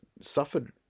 suffered